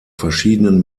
verschiedenen